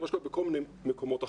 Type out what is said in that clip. מה שקורה בכל מיני מקומות אחרים.